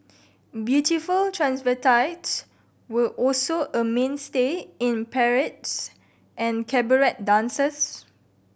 beautiful transvestites were also a mainstay in parades and cabaret dances